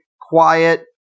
quiet